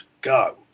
go